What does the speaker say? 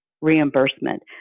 reimbursement